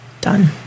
Done